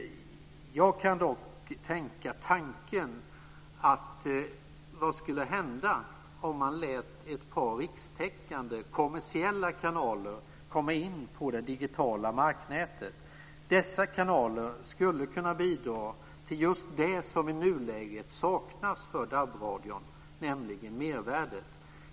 Jag kan tänka tanken vad som skulle hända om man lät ett par rikstäckande, kommersiella kanaler komma in på det digitala marknätet. Dessa kanaler skulle kunna bidra till det som i nuläget saknas för DAB-radion, nämligen mervärdet.